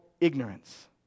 ignorance